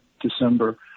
December